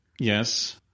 yes